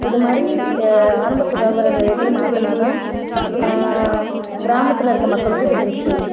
இது மாதிரி ஆரம்ப சுகாதார நிலையத்தையும் மாற்றுனா தான் கிராமத்தில் இருக்க மக்களுக்கு இது ஹெல்ப்ஃபுல்லா இருக்கும்